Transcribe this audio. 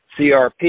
CRP